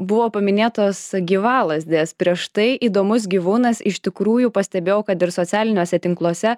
buvo paminėtos gyvalazdės prieš tai įdomus gyvūnas iš tikrųjų pastebėjau kad ir socialiniuose tinkluose